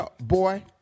boy